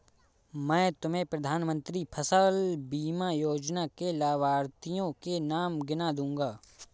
मैं तुम्हें प्रधानमंत्री फसल बीमा योजना के लाभार्थियों के नाम गिना दूँगा